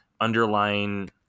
underlying